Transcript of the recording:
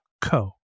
co